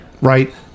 Right